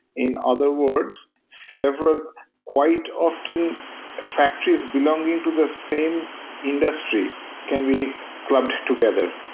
in other words, several quite often factories belonging to the same industry can be clubbed together.